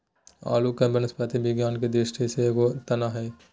आलू वनस्पति विज्ञान के दृष्टि से एगो तना हइ